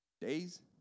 Days